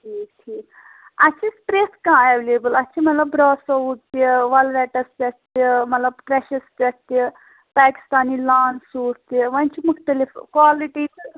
ٹھیٖک ٹھیٖک اسہِ چھِ پرٛتھ کانٛہہ ایٚولیبٕل اسہِ چھِ مطلب برٛاس سوٗٹ تہِ وَلویٹَس پیٚٹھ تہِ مَطلب کرٛاشَس پیٚٹھ تہِ پٲکِستانی لان سوٗٹ تہِ وۅنۍ چھِ مُختلِف کالِٹی تہٕ